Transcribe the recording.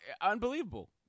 Unbelievable